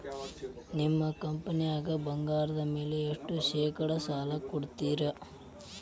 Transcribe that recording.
ನಿಮ್ಮ ಕಂಪನ್ಯಾಗ ಬಂಗಾರದ ಮ್ಯಾಲೆ ಎಷ್ಟ ಶೇಕಡಾ ಸಾಲ ಕೊಡ್ತಿರಿ?